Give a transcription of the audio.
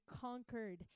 conquered